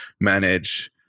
manage